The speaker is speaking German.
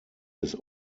des